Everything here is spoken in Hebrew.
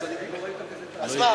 אז מה,